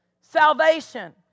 Salvation